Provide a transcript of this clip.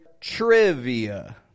trivia